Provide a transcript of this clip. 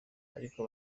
ariko